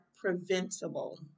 preventable